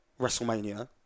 WrestleMania